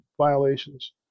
violations